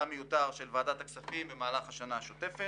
מיותר על ועדת הכספים של הכנסת במהלך שנת העבודה.